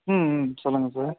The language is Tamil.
ம் ம் சொல்லுங்கள் சார்